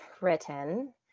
written